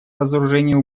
разоружению